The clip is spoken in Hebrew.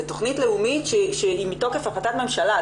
זו תכנית לאומית שהיא מתוקף החלטת ממשלה.